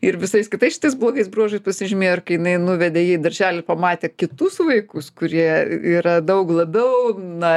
ir visais kitais šitais blogais bruožais pasižymėjo ir kai jinai nuvedė į darželį pamatė kitus vaikus kurie yra daug labiau na